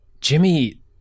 Jimmy